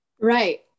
Right